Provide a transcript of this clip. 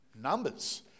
Numbers